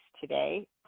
today